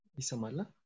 Isamala